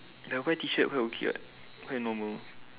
but white t shirt quite okay what quite normal